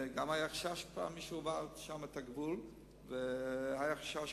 וגם היה חשש, מישהו עבר שם את הגבול והיה חשש.